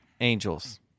Angels